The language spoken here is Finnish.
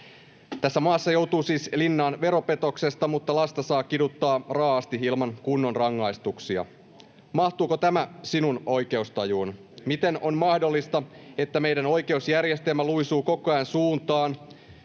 Tässä maassa joutuu siis linnaan veropetoksesta, mutta lasta saa kiduttaa raa’asti ilman kunnon rangaistuksia. Mahtuuko tämä sinun oikeustajuusi? [Perussuomalaisten ryhmästä: Ei!] Miten on mahdollista, että meidän oikeusjärjestelmä luisuu koko ajan siihen